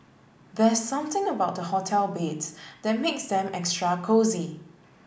there's something about the hotel beds that makes them extra cosy